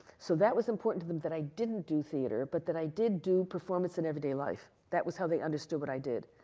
so, that was important to them that i didn't do theater, but that i did do performance in everyday life. that was how they understood what i did.